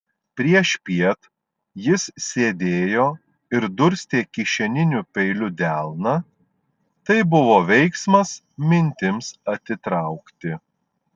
priešpiet jis sėdėjo ir durstė kišeniniu peiliu delną tai buvo veiksmas mintims atitraukti